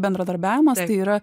bendradarbiavimas tai yra